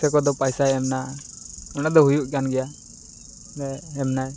ᱥᱮ ᱚᱠᱚᱭ ᱫᱚ ᱯᱟᱭᱥᱟᱭ ᱮᱢᱱᱟ ᱚᱱᱟ ᱫᱚ ᱦᱩᱭᱩᱜ ᱠᱟᱱ ᱜᱮᱭᱟ ᱵᱚᱞᱮ ᱮᱢᱱᱟᱭ